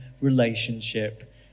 relationship